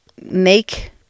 make